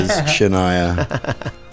Shania